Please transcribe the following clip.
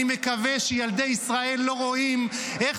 אני מקווה שילדי ישראל לא רואים איך